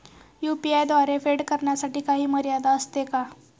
UPI द्वारे फेड करण्यासाठी काही मर्यादा असते का?